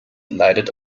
leidet